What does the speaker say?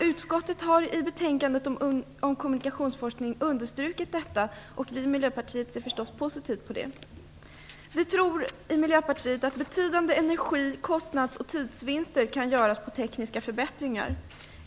Utskottet har i betänkandet om kommunikationsforskning understrukit detta. Vi i Miljöpartiet ser positivt på det. Vi i Miljöpartiet tror att betydande energi-, kostnads och tidsvinster kan göras genom tekniska förbättringar.